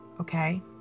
okay